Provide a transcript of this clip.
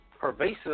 pervasive